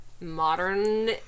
modern